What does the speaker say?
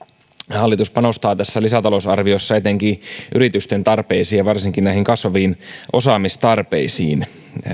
hallitus panostaa tässä lisätalousarviossa etenkin yritysten tarpeisiin ja varsinkin kasvaviin osaamistarpeisiin